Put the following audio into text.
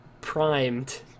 primed